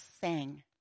sang